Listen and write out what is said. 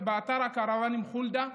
עובר באתר הקרוונים בחולדה,